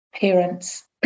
parents